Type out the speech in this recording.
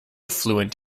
fluent